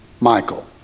Michael